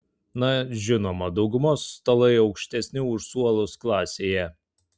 na žinoma daugumos stalai aukštesni už suolus klasėje